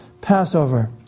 Passover